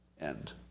end